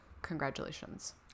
Congratulations